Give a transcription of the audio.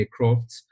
aircrafts